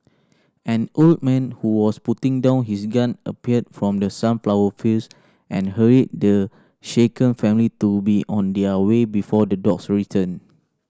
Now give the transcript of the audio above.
an old man who was putting down his gun appeared from the sunflower fields and hurried the shaken family to be on their way before the dogs return